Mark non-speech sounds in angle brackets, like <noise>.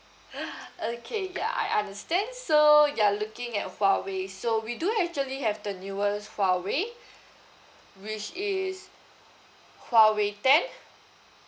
<breath> okay ya I understand so you are looking at huawei so we do actually have the newest huawei which is huawei ten